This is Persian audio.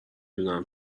دونم